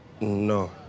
No